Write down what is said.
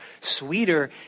sweeter